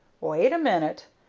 wait a minute.